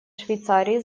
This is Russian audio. швейцарии